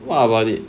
what about it